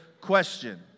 question